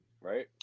right